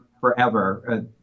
forever